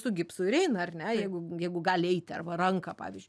su gipsu ir eina ar ne jeigu jeigu gali eiti arba ranką pavyzdžiui